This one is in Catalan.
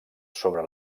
sobre